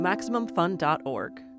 MaximumFun.org